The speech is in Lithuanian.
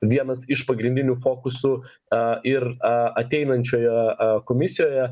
vienas iš pagrindinių fokusų a ir a ateinančioje komisijoje